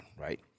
right